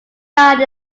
died